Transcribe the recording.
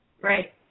Right